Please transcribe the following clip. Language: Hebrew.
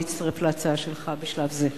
נצטרף להצעה שלך בשלב זה,